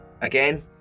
again